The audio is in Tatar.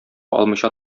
алмыйча